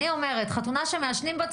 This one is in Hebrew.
חתונה שמעשנים בה,